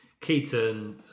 Keaton